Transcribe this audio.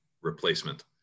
replacement